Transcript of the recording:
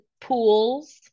pools